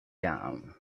down